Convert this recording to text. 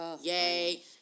Yay